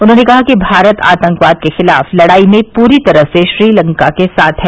उन्होंने कहा कि भारत आतंकवाद के खिलाफ लड़ाई में पूरी तरह से श्रीलंका के साथ है